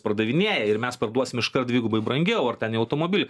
pardavinėja ir mes parduosim iškart dvigubai brangiau ar ten į automobilį